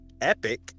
epic